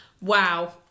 Wow